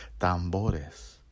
tambores